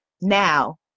now